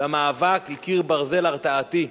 למאבק היא קיר ברזל הרתעתי.